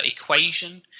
equation